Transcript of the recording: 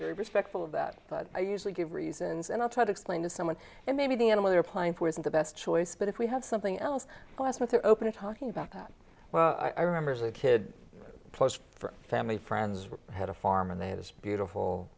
very respectful of that but i usually give reasons and i'll try to explain to someone and maybe the animal you're playing for isn't the best choice but if we have something else last night they're open to talking about that well i remember as a kid close family friends had a farm and they had this beautiful